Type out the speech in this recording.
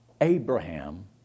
Abraham